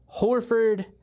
Horford